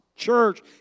church